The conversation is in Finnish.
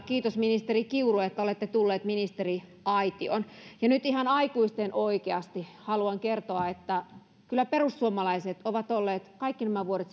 kiitos ministeri kiuru että olette tullut ministeriaitioon nyt ihan aikuisten oikeasti haluan kertoa että kyllä perussuomalaiset ovat olleet kaikki nämä vuodet